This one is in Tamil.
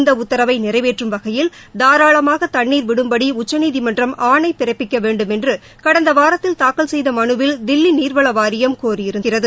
இந்த உத்தரவை நிறைவேற்றும் வகையில் தாராளமாக தண்ணீர் விடும்படி உச்சநீதிமன்றம் ஆணை பிறப்பிக்க வேண்டும் என்ற கடந்த வாரத்தில் தாக்கல் செய்த மனுவில் தில்லி நீர்வள வாரியம் கோரியிருக்கிறது